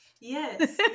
Yes